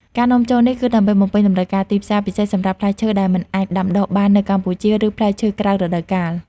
ការនាំចូលនេះគឺដើម្បីបំពេញតម្រូវការទីផ្សារ ពិសេសសម្រាប់ផ្លែឈើដែលមិនអាចដាំដុះបាននៅកម្ពុជា ឬផ្លែឈើក្រៅរដូវកាល។